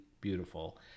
beautiful